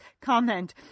comment